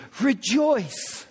rejoice